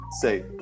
say